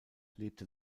lebte